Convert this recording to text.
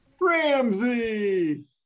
Ramsey